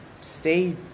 stay